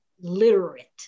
literate